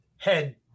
head